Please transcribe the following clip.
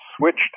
switched